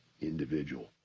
individual